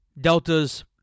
Deltas